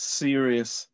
serious